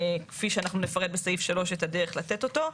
כפי שאנחנו נפרט בסעיף 3 את הדרך לתת אותו.